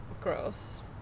Gross